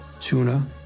Tuna